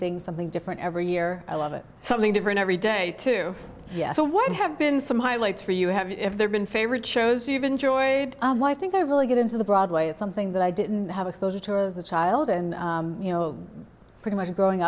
things something different every year i love it something different every day to yes so what have been some highlights for you have if there been favorite shows you've enjoyed why i think i really get into the broadway is something that i didn't have exposure to as a child and you know pretty much growing